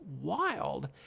wild